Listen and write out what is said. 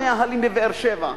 סעו למאהלים בבאר-שבע,